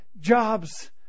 jobs